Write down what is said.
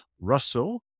Russell